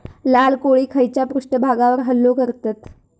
लाल कोळी खैच्या पृष्ठभागावर हल्लो करतत?